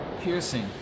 piercing